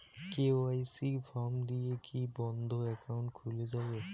KYC form দিয়ে কি বন্ধ একাউন্ট খুলে যাবে?